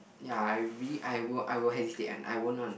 ya I really I will I will hesitate one I won't one